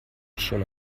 schon